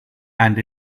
and